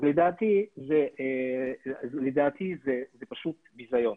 אז לדעתי זה פשוט ביזיון,